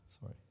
sorry